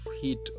heat